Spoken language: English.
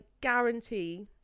guarantee